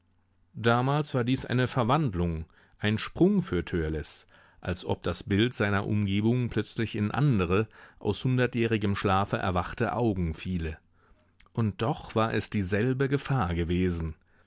damals war dies eine verwandlung ein sprung für törleß als ob das bild seiner umgebung plötzlich in andere aus hundertjährigem schlafe erwachte augen fiele und doch war es dieselbe gefahr gewesen